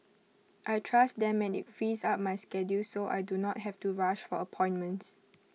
I trust them and IT frees up my schedule so I do not have to rush for appointments